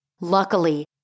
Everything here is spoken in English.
Luckily